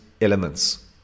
elements